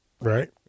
right